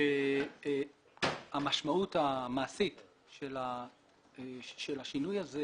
שהמשמעות המעשית של השינוי הזה